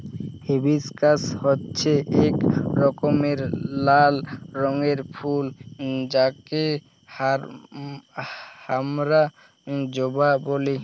hibiscus হচ্যে এক রকমের লাল রঙের ফুল যাকে হামরা জবা ব্যলি